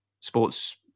sports